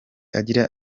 agira